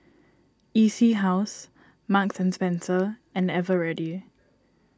E C House Marks and Spencer and Eveready